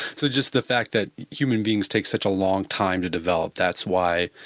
so just the fact that human beings take such a long time to develop? that's why,